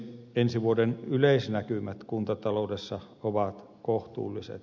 ensi vuoden yleisnäkymät kuntataloudessa ovat kohtuulliset